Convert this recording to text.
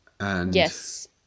Yes